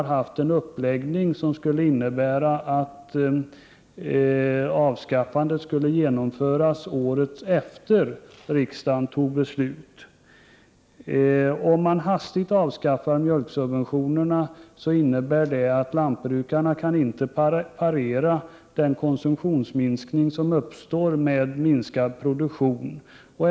Enligt vår uppläggning skulle avskaffandet av mjölksubventionerna genomföras året efter det att riksdagen fattat beslut. Om mjölksubventionerna avskaffas alltför hastigt, kan lantbrukarna inte parera konsumtionsminskningen med den minskade produktionen.